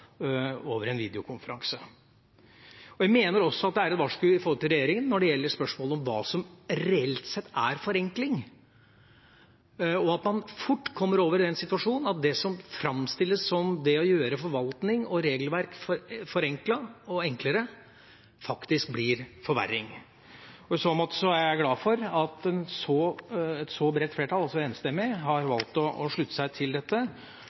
over en videokonferanse. Jeg mener også at det er et varsku til regjeringen når det gjelder spørsmålet om hva som reelt sett er forenkling, og at man fort kommer over i den situasjonen at det som framstilles som å gjøre forvaltning og regelverk enklere, faktisk blir en forverring. I så måte er jeg glad for at et så bredt flertall – altså enstemmig – har valgt å slutte seg til dette,